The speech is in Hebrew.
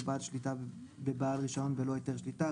בעל שליטה בבעל הרישיון ולא בהיתר שליטה,